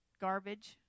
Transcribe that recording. garbage